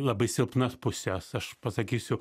labai silpnas puses aš pasakysiu